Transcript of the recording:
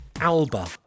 alba